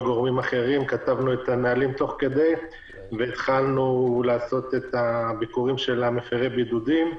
וכתבנו את הנהלים תוך כדי והתחלנו לעשות את הביקורים של מפרי הבידודים.